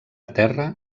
terra